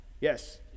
Yes